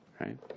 Right